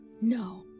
No